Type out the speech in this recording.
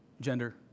gender